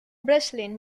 breslin